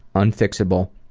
unfixable.